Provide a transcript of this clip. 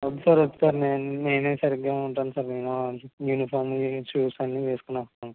వద్దు సార్ వద్దు సార్ నేనే సరిగ్గా ఉంటాను సార్ యూనిఫామ్ షూస్ అన్నీ వేసుకొస్తాను సార్